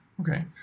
Okay